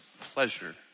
pleasure